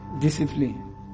discipline